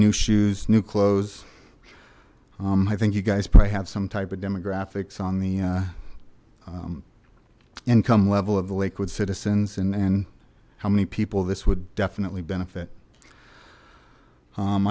new shoes new clothes i think you guys probably have some type of demographics on the income level of the lakewood citizens and how many people this would definitely benefit